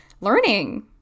learning